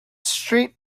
street